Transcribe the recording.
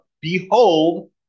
Behold